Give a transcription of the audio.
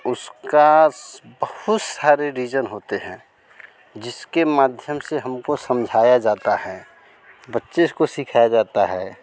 उसके बहुत सारे रीजन होते हैं जिसके माध्यम से हमको समझाया जाता है बच्चे को सिखाया जाता है